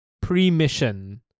pre-mission